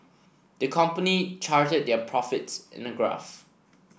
the company charted their profits in a graph